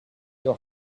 your